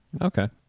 Okay